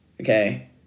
Okay